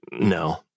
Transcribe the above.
no